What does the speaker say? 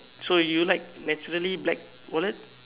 so you like naturally black wallet